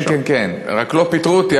לא פיטרו אותי,